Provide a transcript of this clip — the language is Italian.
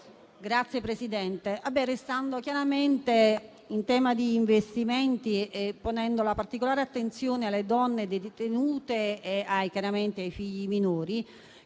Signora Presidente, restando chiaramente in tema di investimenti e ponendo una particolare attenzione alle donne detenute e chiaramente ai figli minori,